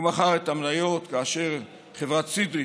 הוא מכר את המניות כאשר חברת סידריפ